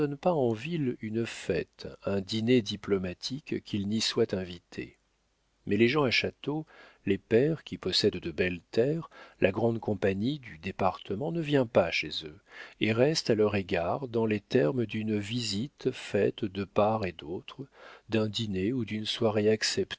en ville une fête un dîner diplomatique qu'ils n'y soient invités mais les gens à châteaux les pairs qui possèdent de belles terres la grande compagnie du département ne vient pas chez eux et reste à leur égard dans les termes d'une visite faite de part et d'autre d'un dîner ou d'une soirée